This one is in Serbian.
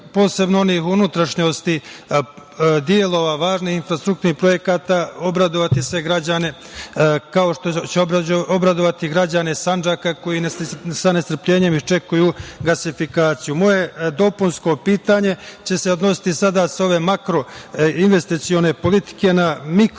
posebno onih u unutrašnjosti delova važnih infrastrukturnih projekata, obradovati sve građane, kao što će obradovati građane Sandžaka koji sa nestrpljenjem iščekuju gasifikaciju. Moje dopunsko pitanje će se odnositi sada sa ove makro-investicione politike na